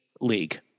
league